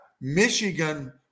Michigan